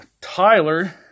Tyler